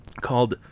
called